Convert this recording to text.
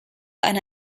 eine